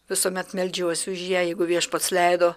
visuomet meldžiuosi už ją jeigu viešpats leido